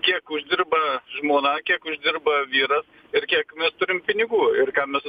kiek uždirba žmona kiek uždirba vyras ir kiek mes turim pinigų ir ką mes